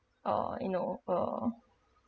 uh you know uh